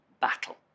battle